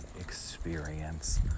experience